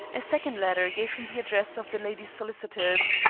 a second letter gave him the address of the lady's solicitors,